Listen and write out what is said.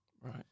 Right